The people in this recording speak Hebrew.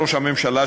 ראש הממשלה,